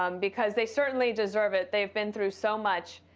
um because they certainly deserve it. they have been through so much.